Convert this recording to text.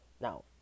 Now